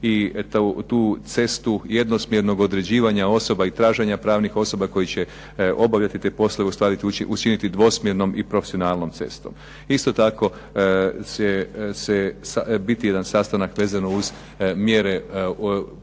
i tu cestu jednosmjernog određivanja osoba i traženja pravnih osoba koji će obavljati te poslove ustvari učiniti dvosmjernom i profesionalnom cestom. Isto tako će biti jedan sastanak vezano uz mjere,